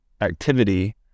activity